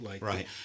Right